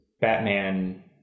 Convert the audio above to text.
batman